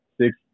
Six